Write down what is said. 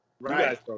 Right